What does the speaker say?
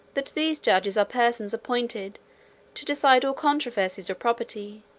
that these judges are persons appointed to decide all controversies of property,